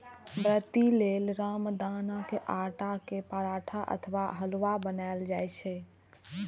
व्रती लेल रामदानाक आटाक पराठा अथवा हलुआ बनाएल जाइ छै